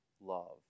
love